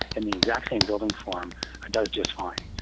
and the exact same building form does just fine.